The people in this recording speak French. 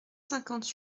cinquante